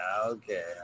okay